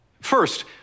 First